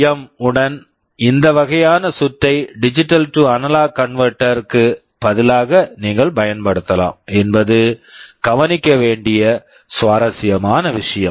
M PWM உடன் இந்த வகையான சுற்றை digital to analog converter digital to analog converter க்கு பதிலாக நீங்கள் பயன்படுத்தலாம் என்பது கவனிக்க வேண்டிய சுவாரஸ்யமான விஷயம்